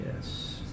Yes